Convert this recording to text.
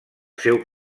seu